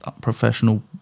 professional